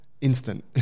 instant